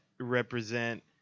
represent